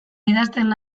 idazten